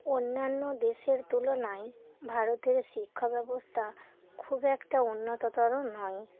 অন্যান্য দেশের তুলনায় ভারতের শিক্ষা ব্যবস্থা খুব একটা উন্নততর নয়